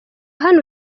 hano